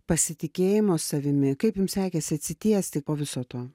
pasitikėjimo savimi kaip jums sekėsi atsitiesti po viso to